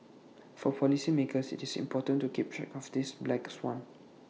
for policymakers IT is important to keep track of this black swan